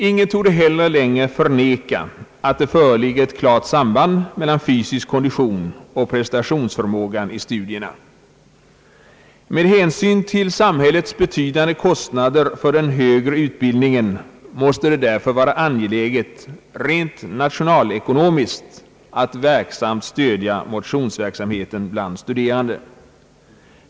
Ingen torde heller längre förneka att det föreligger ett klart samband mellan fysisk kondition och prestationsförmåga i studierna. Med hänsyn till samhällets betydande kostnader för den högre utbildningen måste det därför vara angeläget rent nationalekonomiskt att effektivt stödja motionsverksamheten bland de studerande.